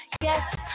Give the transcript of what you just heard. Yes